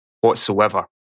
whatsoever